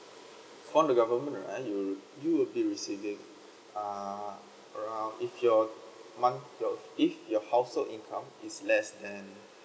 from the government right you you will be receiving uh around if your monthly if your household income is less than